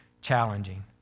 challenging